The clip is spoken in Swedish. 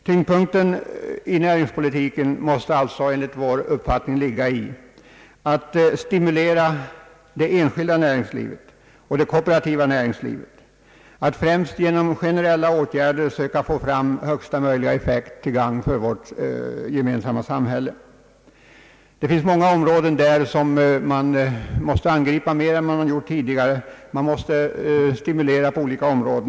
Tyngdpunkten i näringspolitiken måste enligt vår uppfattning ligga i att stimulera det enskilda och kooperativa näringslivet, att främst genom generella åtgärder söka få fram högsta möjliga effekt till gagn för vårt gemensamma samhälle. Det finns många områden som man måste angripa mer än man gjort tidigare. Man måste stimulera på olika håll och driva en mer näringsvänlig politik.